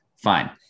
Fine